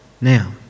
Now